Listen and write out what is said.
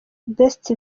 best